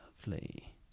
lovely